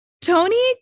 Tony